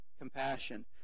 compassion